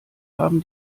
haben